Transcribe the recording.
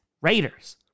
Raiders